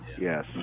yes